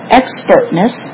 expertness